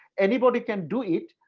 anybody can do it,